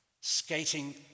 Skating